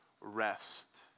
rest